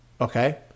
Okay